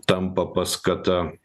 tampa paskata